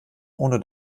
ohne